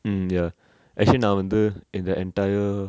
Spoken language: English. um ya actually நா வந்து:na vanthu in the entire